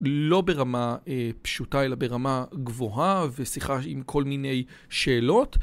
לא ברמה פשוטה, אלא ברמה גבוהה ושיחה עם כל מיני שאלות.